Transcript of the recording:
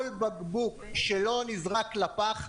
כל בקבוק שלא נזרק לפח,